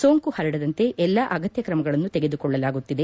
ಸೋಂಕು ಹರಡದಂತೆ ಎಲ್ಲಾ ಅಗತ್ಯ ಕ್ರಮಗಳನ್ನು ತೆಗೆದುಕೊಳ್ಳಲಾಗುತ್ತಿದೆ